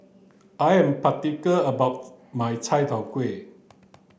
I am about my Chai Tow Kuay